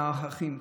והאחים?